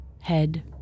Head